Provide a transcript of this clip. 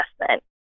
investment